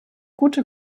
gute